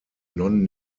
non